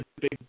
big –